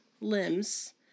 limbs